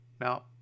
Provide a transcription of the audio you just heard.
Now